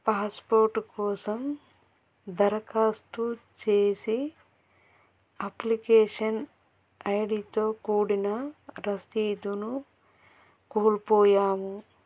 passport కోసం దరఖాస్తు చేసి అప్లికేషన్ ఐడితో కూడిన రసీదును కోల్పోయాము